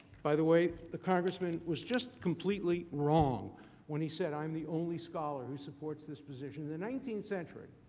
by the way, the congressman was just completely wrong when he said i'm the only scholar who supports this position. in the nineteenth century,